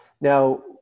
Now